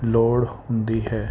ਲੋੜ ਹੁੰਦੀ ਹੈ